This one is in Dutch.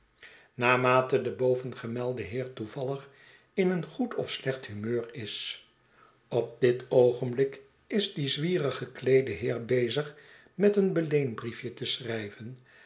naarmate de bovengemelde heer toevallig in een goed of slecht humeur is op dit oogenblik is die zwierig gekleede heer bezig met een beleenbriefje te schrijven